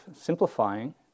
simplifying